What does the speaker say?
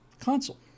console